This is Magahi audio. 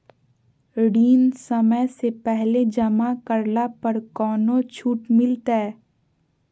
ऋण समय से पहले जमा करला पर कौनो छुट मिलतैय?